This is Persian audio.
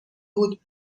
بود